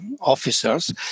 officers